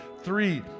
Three